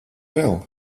vēl